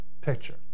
picture